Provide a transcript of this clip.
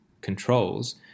controls